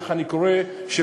כך אני קורא לו,